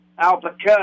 Albuquerque